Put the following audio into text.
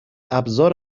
ابزار